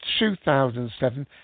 2007